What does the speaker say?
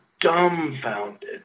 dumbfounded